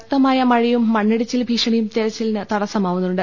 ശക്തമായ മഴയും മണ്ണിടിച്ചിൽ ഭീഷണിയും തെരച്ചി ലിന് തടസ്സമാവുന്നുണ്ട്